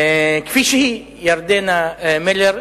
כפי שהיא, ירדנה מלר,